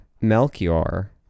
Melchior